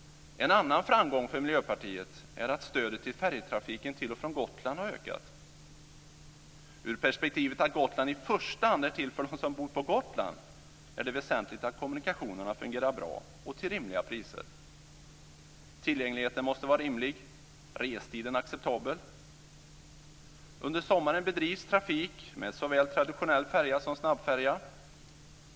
En annan framgång för Miljöpartiet är att stödet till färjetrafiken till och från Gotland har ökat. Ur perspektivet att Gotland i första hand är till för dem som bor på Gotland är det väsentligt att kommunikationerna fungerar bra och till rimliga priser. Tillgängligheten måste vara rimlig och restiden acceptabel. Under sommaren bedrivs trafik med såväl traditionell färja som snabbfärja.